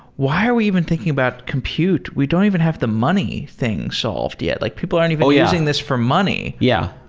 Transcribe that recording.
why are we even thinking about compute? we don't even have the money thing solved yet. like people aren't even using this for money. yeah,